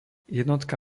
jednotka